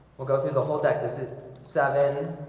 will go through the whole deck. this is seven